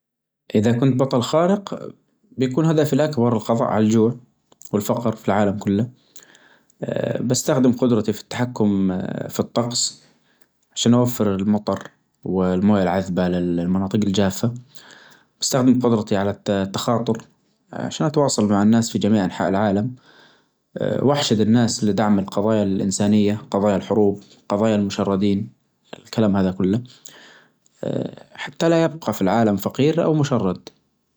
والله هالسؤال يدوخ الراس! لكن يا طويل العمر، اللي نعيشه ونحسه بعقولنا وأجسامنا هو الواقع بالنسبة لنا إذا كل شيء حولك متناسق ومعقول، فما فيه سبب تشك فيه ولو كان محاكاة، وش تقدر تسوي؟ أهم شيء تعيش حياتك وتخليها زينة، سواء كانت واقع أو محاكاة، لأن بالنهاية اللي يهم هو شعورك وأفعالك.